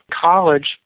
college